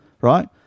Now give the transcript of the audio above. right